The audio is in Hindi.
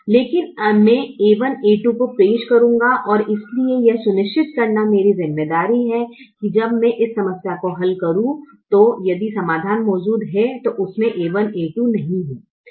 लेकिन मैं a1 a2 को पेश करूंगा और इसलिए यह सुनिश्चित करना मेरी जिम्मेदारी है कि जब मैं इस समस्या को हल करू तो यदि समाधान मौजूद है तो उसमे a1 a2नहीं हो